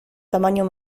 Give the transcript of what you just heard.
tamaño